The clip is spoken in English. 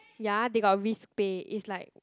ya they got risk pay it's like